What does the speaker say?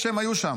כנראה שהם היו שם.